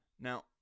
now